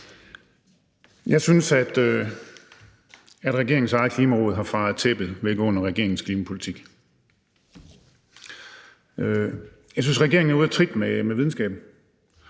Jeg synes, at regeringens eget Klimaråd har fejet tæppet væk under regeringens klimapolitik. Jeg synes, at regeringen er ude af trit med videnskaben.